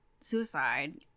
suicide